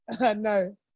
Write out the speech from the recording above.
no